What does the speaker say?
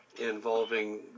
involving